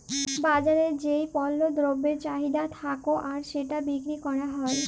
বাজারে যেই পল্য দ্রব্যের চাহিদা থাক্যে আর সেটা বিক্রি ক্যরা হ্যয়